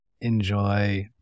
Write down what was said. enjoy